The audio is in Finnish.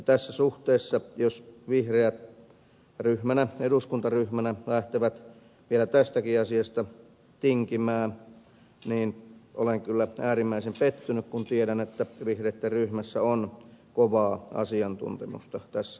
tässä suhteessa jos vihreät ryhmänä eduskuntaryhmänä lähtee vielä tästäkin asiasta tinkimään niin olen kyllä äärimmäisen pettynyt kun tiedän että vihreitten ryhmässä on kovaa asiantuntemusta tässä asiassa